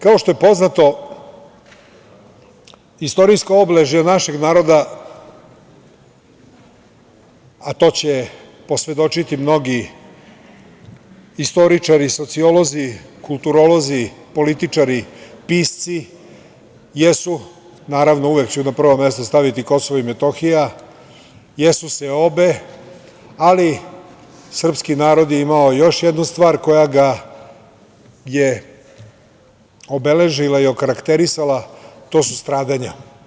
Kao što je poznato istorijsko obeležje našeg naroda, a to će posvedočiti mnogi istoričari, sociolozi, kulturolozi, političari, pisci, jer su, naravno uvek ću na prvo mesto staviti KiM, jesu seobe, ali srpski narod ima još jednu stvar koja ga je obeležila i okarakterisala to su stradanja.